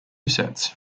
sets